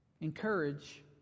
encourage